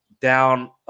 down